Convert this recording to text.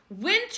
Winter